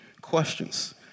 questions